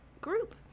group